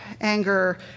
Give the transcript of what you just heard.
anger